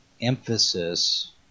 emphasis